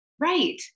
Right